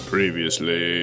Previously